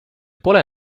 pole